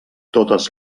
totes